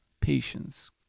patience